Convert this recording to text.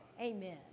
Amen